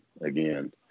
again